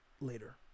later